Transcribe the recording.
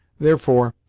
therefore,